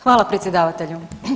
Hvala predsjedavatelju.